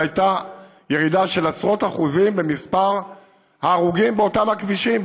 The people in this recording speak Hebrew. והייתה ירידה של עשרות אחוזים במספר ההרוגים באותם הכבישים,